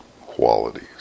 qualities